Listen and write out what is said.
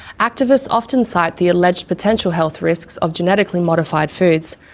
activists often cite the alleged potential health risks of genetically modified foods,